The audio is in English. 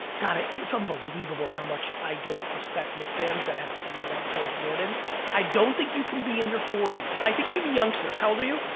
god it's unbelievable how much i don't respect knick fans that have any love towards jordan i don't think you can be in your forty s i think it could be youngsters how old are you?